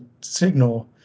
signal